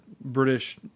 British